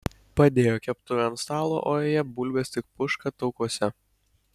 padėjo keptuvę ant stalo o joje bulvės tik puška taukuose